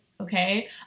okay